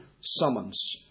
summons